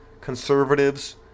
conservatives